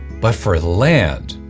but for land,